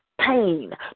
pain